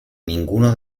ninguno